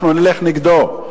אנחנו נלך נגדו,